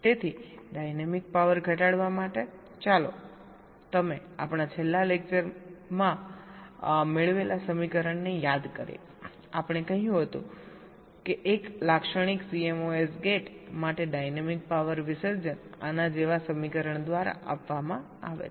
તેથી dynamic power ઘટાડવા માટે ચાલો તમે આપણાં છેલ્લા લેક્ચરમાં દરમિયાન મેળવેલા સમીકરણને યાદ કરીએ આપણે કહ્યું હતું કે એક લાક્ષણિક CMOS ગેટ માટે ડાયનેમિક પાવર વિસર્જન આના જેવા સમીકરણ દ્વારા આપવામાં આવે છે